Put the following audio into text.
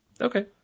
Okay